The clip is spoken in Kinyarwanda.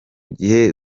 gihe